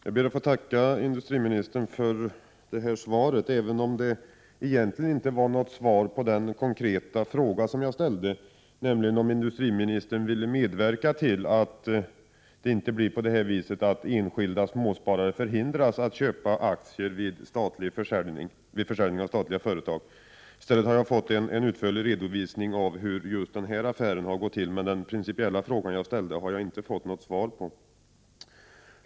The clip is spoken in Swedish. Herr talman! Jag ber att få tacka industriministern för svaret, även om det egentligen inte är något svar på den konkreta fråga som jag har ställt, nämligen om industriministern vill medverka till att enskilda småsparare inte hindras att köpa aktier vid försäljning av statliga företag. I stället har jag fått en utförlig redovisning av hur denna affär har gått till.